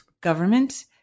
government